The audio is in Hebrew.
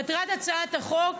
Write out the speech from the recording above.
מטרת הצעת החוק